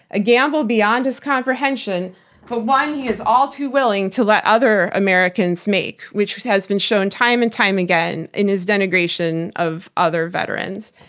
a gamble beyond his comprehension, but one he is all too willing to let other americans make, which has has been shown time and time again in his denigration of other veterans.